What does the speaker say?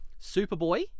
Superboy